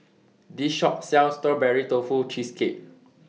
This Shop sells Strawberry Tofu Cheesecake